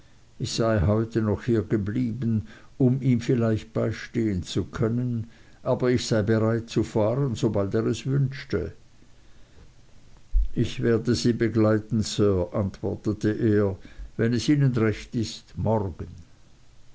ich sei heute noch hier geblieben um ihm vielleicht beistehen zu können aber ich sei bereit zu fahren sobald er es wünschte ich werde sie begleiten sir erwiderte er wenn es ihnen recht ist morgen